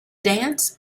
dance